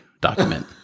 Document